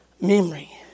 memory